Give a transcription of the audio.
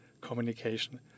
communication